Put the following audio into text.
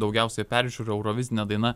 daugiausiai peržiūrų eurovizinė daina